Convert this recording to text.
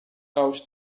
aos